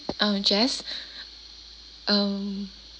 uh jess um